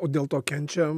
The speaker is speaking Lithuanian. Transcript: o dėl to kenčia